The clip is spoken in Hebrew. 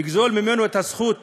לגזול ממנו את הזכות